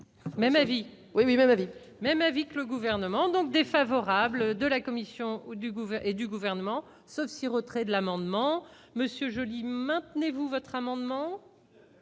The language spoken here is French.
Même avec le gouvernement, donc défavorable de la commission du gouvernent et du gouvernement si retrait de l'amendement monsieur Joly, maintenez-vous votre amendement.